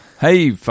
Hey